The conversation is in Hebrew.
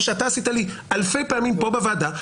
מה שאתה עשית לי אלפי פעמים פה בוועדה,